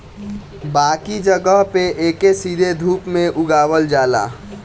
बाकी जगह पे एके सीधे धूप में उगावल जाला